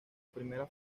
primera